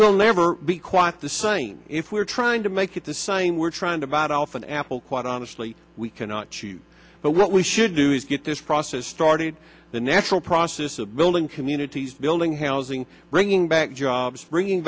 will never be quite the same if we're trying to make it the same we're trying to bite off an apple quite honestly we cannot choose but what we should do is get this process started the natural process of building communities building housing bringing back jobs bringing